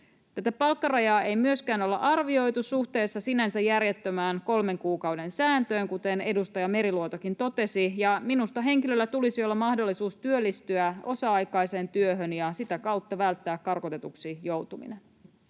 Tätä palkkarajaa ei myöskään olla arvioitu suhteessa sinänsä järjettömään kolmen kuukauden sääntöön, kuten edustaja Meriluotokin totesi, ja minusta henkilöllä tulisi olla mahdollisuus työllistyä osa-aikaiseen työhön ja sitä kautta välttää karkotetuksi joutuminen.